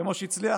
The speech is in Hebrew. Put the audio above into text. כמו שהצליח,